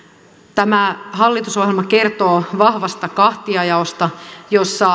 tämä hallitusohjelma kertoo vahvasta kahtiajaosta jossa